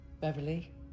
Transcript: Beverly